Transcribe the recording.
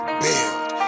build